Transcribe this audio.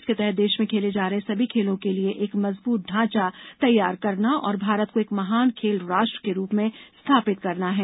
इसके तहत देश में खेले जा रहे सभी खेलों के लिए एक मजबूत ढांचा तैयार करना और भारत को एक महान खेल राष्ट्र के रूप में स्थापित करना है